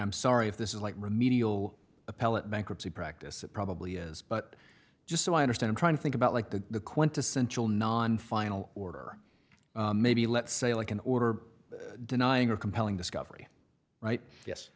i'm sorry if this is like remedial appellate bankruptcy practice it probably is but just so i understand trying to think about like the quintessential non final order maybe let's say like an order denying a compelling discovery right yes